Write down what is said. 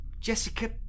Jessica